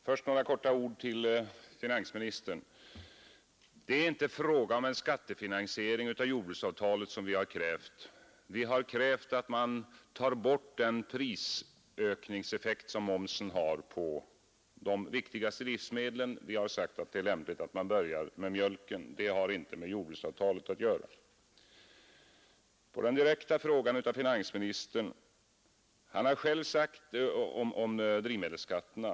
Herr talman! Först några ord till finansministern. Det är inte en skattefinansiering av jordbruksavtalet som vi har krävt. Vi har krävt att man tar bort den prisökningseffekt som momsen har på de viktigaste livsmedlen, och vi har sagt att det är lämpligt att man börjar med mjölken. Det har inte med jordbruksavtalet att göra. Finansministern ställde en direkt fråga om drivmedelsskatterna.